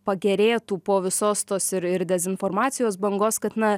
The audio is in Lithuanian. pagerėtų po visos tos ir ir dezinformacijos bangos kad na